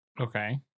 Okay